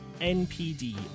NPD